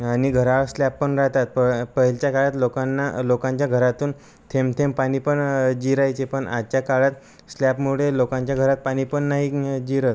आणि घरावर स्लॅप पण राहतात प पहिलीच्या काळात लोकांना लोकांच्या घरातून थेंब थेंब पाणी पण जिरायचे पण आजच्या काळात स्लॅपमुळे लोकांच्या घरात पाणी पण नाही जिरत